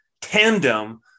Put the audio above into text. tandem